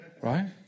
Right